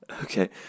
okay